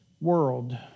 world